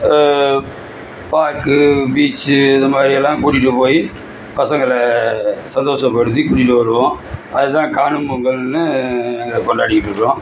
park beach இதை மாதிரியெல்லாம் கூட்டிகிட்டு போய் பசங்களை சந்தோசப்படுத்தி கூட்டிகிட்டு வருவோம் அதுதான் காணும் பொங்கல்னு நாங்கள் கொண்டாடிக்கிட்டு இருக்கிறோம்